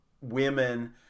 women